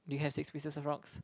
do you have six pieces of rocks